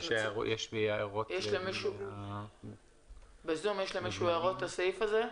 יש למישהו הערות לתקנה 1?